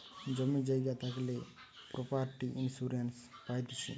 জমি জায়গা থাকলে প্রপার্টি ইন্সুরেন্স পাইতিছে